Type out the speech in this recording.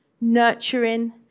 nurturing